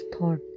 thought